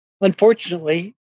Unfortunately